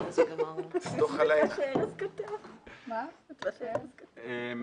אין כמו הופעה פיזית ישירה בלתי אמצעית,